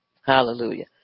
Hallelujah